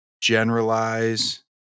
generalize